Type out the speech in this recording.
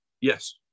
Yes